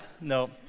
no